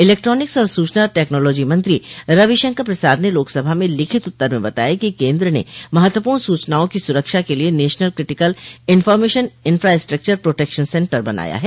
electronics और सूचना technology मंत्री रविशंकर प्रसाद ने लोकसभा में लिखित उत्तर में बताया कि केन्द्र ने महत्वपूर्ण सूचनाओं की सुरक्षा के लिए national critical information infrastructure protection centre बनाया है